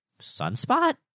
Sunspot